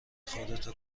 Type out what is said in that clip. خودتو